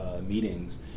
meetings